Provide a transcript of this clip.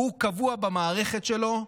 הוא קבוע במערכת שלו: